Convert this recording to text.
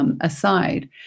aside